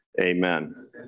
amen